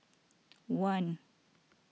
one